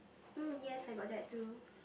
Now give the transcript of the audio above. hmm yes I got that too